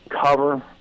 cover